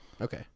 Okay